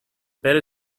better